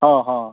हँ हँ